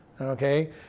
okay